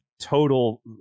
total